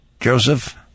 joseph